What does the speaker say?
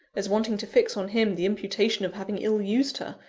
as wanting to fix on him the imputation of having ill-used her,